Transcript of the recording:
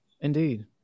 Indeed